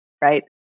Right